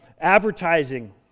Advertising